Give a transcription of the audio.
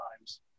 times